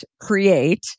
create